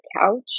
couch